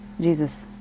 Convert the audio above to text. Jesus